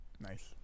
Nice